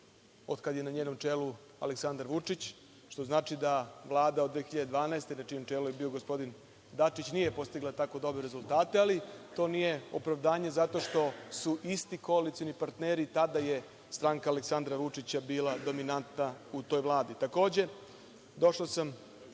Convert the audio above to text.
od kad je na njenom čelu Aleksandar Vučić. Što znači da Vlada od 2012. godine na čijem čelu je bio gospodin Dačić, nije postigla tako dobre rezultate, ali to nije opravdanje zato što su isti koalicioni partneri i tada je stranka Aleksandra Vučića bila dominantna u toj Vladi. Takođe, došao sam